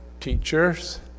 teachers